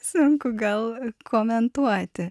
sunku gal komentuoti